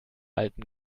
alten